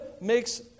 makes